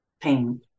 pain